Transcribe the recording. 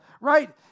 right